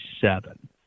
seven